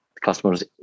customers